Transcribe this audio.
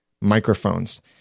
microphones